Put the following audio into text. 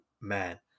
man